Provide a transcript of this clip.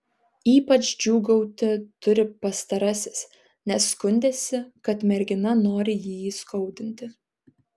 ypač džiūgauti turi pastarasis nes skundėsi kad mergina nori jį įskaudinti